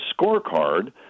scorecard